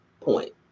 point